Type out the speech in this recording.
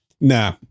Nah